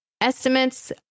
estimates